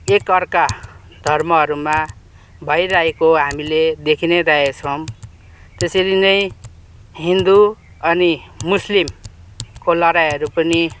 एक अर्का धर्महरूमा भइरहेको हामीले देखी नै रहेछौँ त्यसरी नै हिन्दू अनि मुस्लिमको लडाइहरू पनि